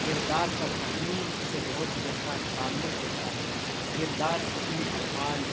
کردار کا کہانی سے بہت گہرا تعلق ہوتا ہے کردار اپنے افعال